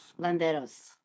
Landeros